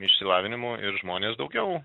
išsilavinimu ir žmonės daugiau